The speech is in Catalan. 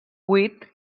buit